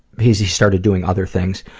he started doing other things.